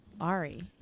Ari